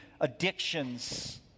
addictions